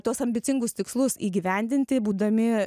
tuos ambicingus tikslus įgyvendinti būdami